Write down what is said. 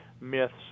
myths